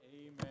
Amen